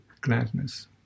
gladness